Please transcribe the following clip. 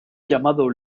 llamado